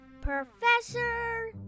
Professor